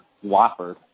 Whopper